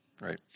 Right